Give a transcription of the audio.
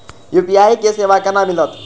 UPI के सेवा केना मिलत?